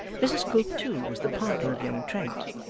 mrs quilp too was the partner of young trent,